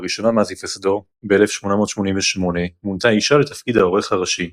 לראשונה מאז היווסדו ב-1888 מונתה אישה לתפקיד העורך הראשי,